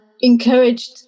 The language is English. encouraged